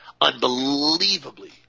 unbelievably